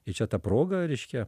ir čia ta proga reiškia